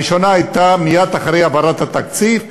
הראשונה הייתה מייד אחרי העברת התקציב,